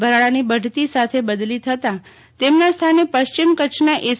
ભરાડાની બઢતી સાથે બદલી થતાં તેમના સ્થાને પશ્ચિમ કચ્છના એસ